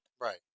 Right